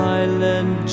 Silent